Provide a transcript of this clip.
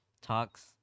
talks